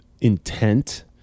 intent